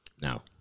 Now